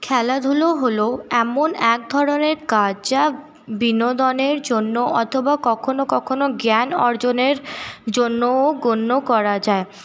খেলাধুলো হলো এমন এক ধরনের কাজ যা বিনোদনের জন্য অথবা কখনো কখনো জ্ঞান অর্জনের জন্যও গণ্য করা যায়